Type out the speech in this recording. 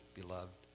beloved